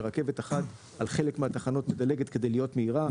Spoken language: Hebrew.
כשרכבת אחת מדלגת על חלק מהתחנות כדי להיות מהירה.